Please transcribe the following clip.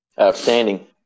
Outstanding